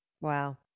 Wow